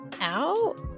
out